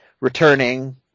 returning